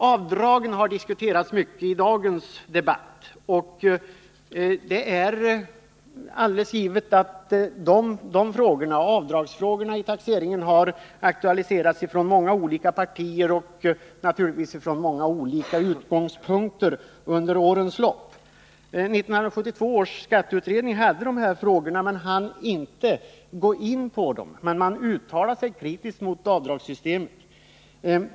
Avdragen har diskuterats mycket i dagens debatt. Frågorna om avdrag vid taxeringen har aktualiserats från många olika partier och naturligtvis från många olika utgångspunkter under årens lopp. 1972 års skatteutredning hade de här frågorna uppe men hann inte gå in på dem. Men man uttalade sig kraftigt mot avdragssystemet.